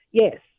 Yes